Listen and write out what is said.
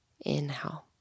Inhale